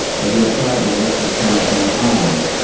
where he applied the electric current to an um